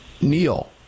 neil